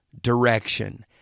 direction